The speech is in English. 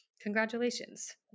Congratulations